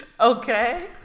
Okay